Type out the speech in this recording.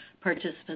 participants